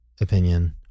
opinion